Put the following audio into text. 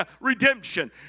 redemption